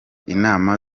inama